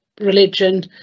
religion